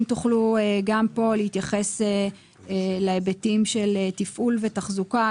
אם תוכלו גם פה להתייחס להיבטים של תפעול ותחזוקה,